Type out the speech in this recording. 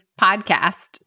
podcast